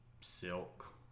silk